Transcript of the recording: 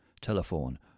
telephone